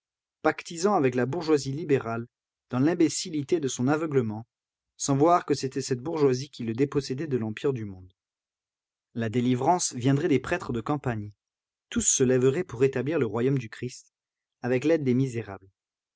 pactisant avec la bourgeoisie libérale dans l'imbécillité de son aveuglement sans voir que c'était cette bourgeoisie qui le dépossédait de l'empire du monde la délivrance viendrait des prêtres de campagne tous se lèveraient pour rétablir le royaume du christ avec l'aide des misérables